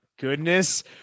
goodness